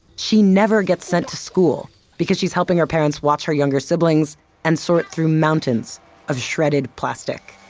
she never gets sent to school because she is helping her parents watch her younger siblings and sort through mountains of shredded plastic